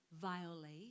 violate